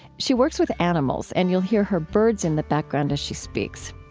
she works with animals, and you'll hear her birds in the background as she speaks.